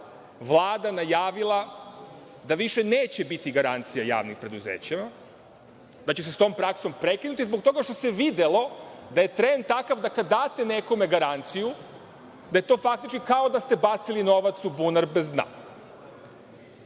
Vlada najavila da više neće biti garancija javnim preduzećima, da će se sa tom praksom prekinuti, zbog toga što se videlo da je trend takav da kada date nekome garanciju, da je to faktički kao da ste bacili novac u bunar bez dna. Na